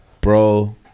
bro